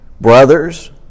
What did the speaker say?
Brothers